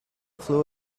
flew